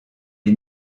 est